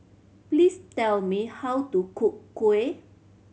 please tell me how to cook kuih